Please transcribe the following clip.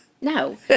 No